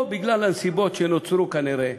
פה, בגלל הנסיבות שנוצרו כנראה,